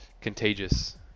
contagious